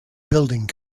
building